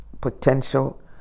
potential